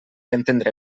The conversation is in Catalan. entendre